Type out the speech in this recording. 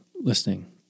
listening